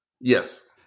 Yes